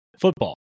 football